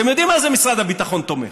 אתה יודעים מה זה שמשרד הביטחון תומך,